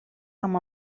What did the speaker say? amb